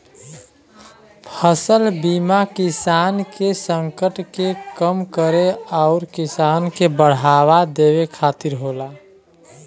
फसल बीमा किसान के संकट के कम करे आउर किसान के बढ़ावा देवे खातिर होला